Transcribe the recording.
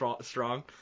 Strong